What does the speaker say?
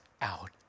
Out